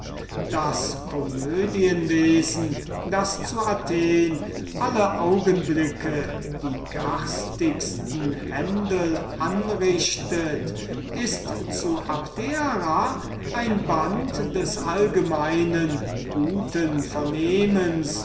das komödienwesen das zu athen alle augenblicke die garstigsten händel anrichtet ist zu abdera ein band des allgemeinen guten vernehmens